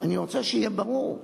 אני רוצה שיהיה ברור: